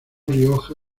rioja